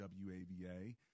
WAVA